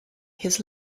his